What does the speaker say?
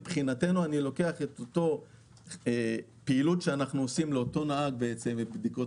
אני לוקח את אותה פעילות שאנחנו עושים לאותו נהג בדיקות